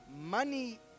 money